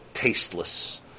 tasteless